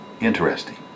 interesting